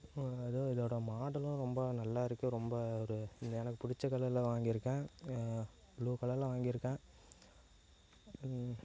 அதுவும் இதோடய மாடலும் ரொம்ப நல்லாயிருக்கு ரொம்ப ஒரு எனக்கு பிடிச்ச கலரில் வாங்கியிருக்கேன் ப்ளூ கலரில் வாங்கியிருக்கேன்